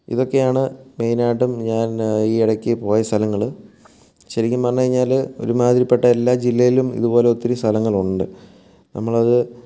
ഇതൊക്കെയാണ് മെയിനായിട്ടും ഞാൻ ഈ ഇടക്ക് പോയ സ്ഥലങ്ങൾ ശരിക്കും പറഞ്ഞു കഴിഞ്ഞാൽ ഒരുമാതിരിപ്പെട്ട എല്ലാ ജില്ലയിലും ഇതുപോലെ ഒത്തിരി സ്ഥലങ്ങളുണ്ട് നമ്മളത്